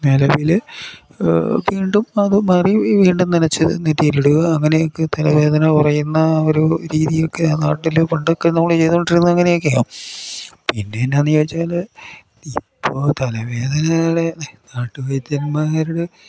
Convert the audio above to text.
നിലവിൽ വീണ്ടും അത് മാറി വീണ്ടും നനച്ച് നെറ്റിയിൽ ഇടുക അങ്ങനെയൊക്കെ തലവേദന കുറയുന്ന ഒരു രീതിയൊക്കെ നാട്ടിൽ പണ്ടൊക്കെ നമ്മൾ ചെയ്തോണ്ടിരുന്ന അങ്ങനെയൊക്കെയാണ് പിന്നെന്നാന്ന് ചോദിച്ചാൽ ഇപ്പോൾ തലവേദനകളെ നാട്ടു വൈദ്യന്മാരുടെ